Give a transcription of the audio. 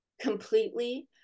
completely